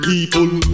People